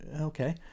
Okay